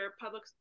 public